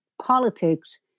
politics